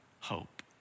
hope